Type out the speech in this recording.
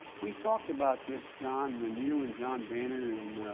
we talked about this, john, when you and john boehner and,